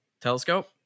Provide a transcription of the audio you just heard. telescope